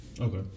Okay